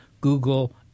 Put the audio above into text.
Google